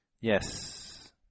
Yes